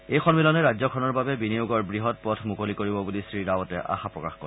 এই সন্মিলনে ৰাজ্যখনৰ বাবে বিনিয়োগৰ বৃহৎ পথ মুকলি কৰিব বুলি শ্ৰীৰাৱটে আশা প্ৰকাশ কৰে